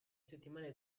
settimane